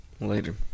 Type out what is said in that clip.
later